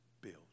build